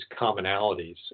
commonalities